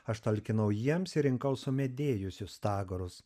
aš talkinau jiems ir rinkau sumedėjusius stagarus